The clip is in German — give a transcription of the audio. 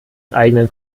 eigenen